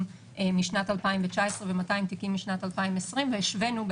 משנת 2019 ו-200 תיקים משנת 2020 והשווינו,